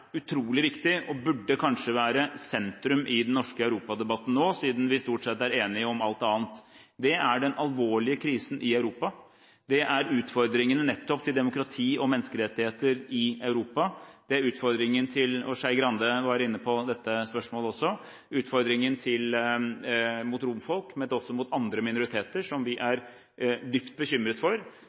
utrolig viktig, og burde kanskje være sentrum i den norske europadebatten nå, siden vi stort sett er enige om alt annet: Det er den alvorlige krisen i Europa, det er utfordringene nettopp til demokrati og menneskerettigheter i Europa, og det er utfordringen – Skei Grande var inne på dette spørsmålet også – når det gjelder romfolk og andre minoriteter som vi er dypt bekymret for.